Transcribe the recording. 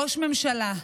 ראש הממשלה,